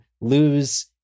lose